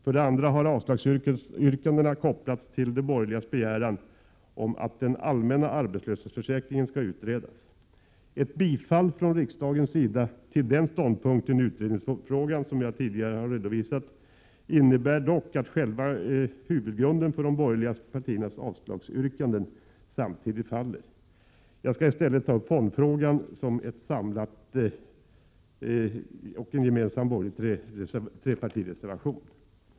För det andra har avslagsyrkandena kopplats till de borgerligas begäran om att den allmänna arbetslöshetsförsäkringen skall utredas. Ett bifall från riksdagens sida till den ståndpunkt i utredningsfrågan som jag tidigare har redovisat innebär dock att själva huvudgrunden för de borgerliga partiernas avslagsyrkanden samtidigt faller. Jag skall i stället ta upp fondfrågan, som samlat en gemensam borgerlig trepartireservation.